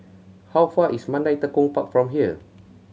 how far away is Mandai Tekong Park from here